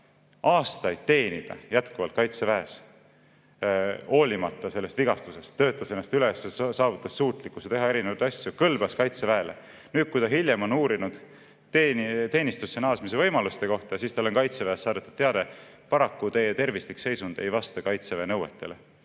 aastaid jätkuvalt teenida Kaitseväes, hoolimata sellest vigastusest töötas ennast üles, saavutas suutlikkuse teha erinevaid asju, kõlbas Kaitseväele. Nüüd, kui ta hiljem on uurinud teenistusse naasmise võimaluste kohta, siis talle on Kaitseväest saadetud teade: "Paraku teie tervislik seisund ei vasta Kaitseväe nõuetele."